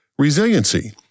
Resiliency